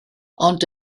ond